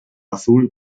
azul